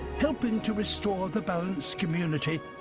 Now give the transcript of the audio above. helping to restore the balanced community,